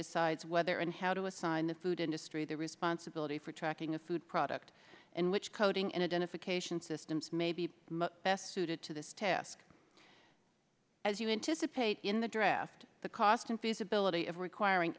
decides whether and how to assign the food industry the responsibility for tracking a food product and which coding in a dentist occasion systems may be best suited to this task as you anticipate in the draft the cost in feasibility of requiring